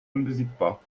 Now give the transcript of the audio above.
unbesiegbar